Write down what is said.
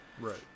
right